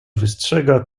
wystrzega